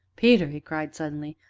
peter, he cried suddenly,